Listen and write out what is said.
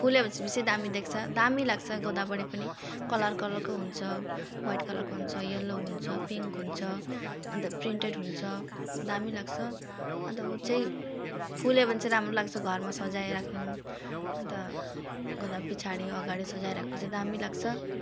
फुल्यो भने चाहिँ बेसी दामी देख्छ दामी लाग्छ गोदावरी पनि कलर कलरको हुन्छ ह्वाइट कलरको हुन्छ येलो हुन्छ पिङ्क हुन्छ अनि त प्रिन्टेड हुन्छ दामी लाग्छ अन्त ऊ चाहिँ फुल्यो भने चाहिँ राम्रो लाग्छ घरमा सजाएर राख्नु अनि त गोदा पिछाडि अगाडि सजाएर राख्नु चाहिँ दामी लाग्छ